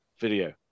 video